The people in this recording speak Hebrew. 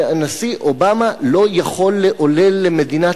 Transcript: שהנשיא אובמה לא יכול לעולל למדינת